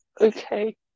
okay